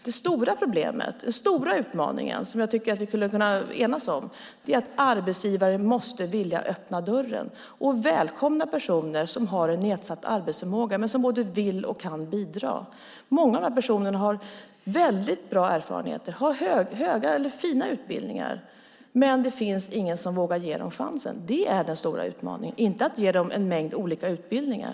Den stora utmaningen jag tycker att vi kan enas om är att arbetsgivare måste vilja öppna dörren och välkomna personer med nedsatt arbetsförmåga men som både vill och kan bidra. Många av dessa personer har bra erfarenheter med höga och fina utbildningar, men ingen vågar ge dem chansen. Det är den stora utmaningen, inte att ge dem en mängd olika utbildningar.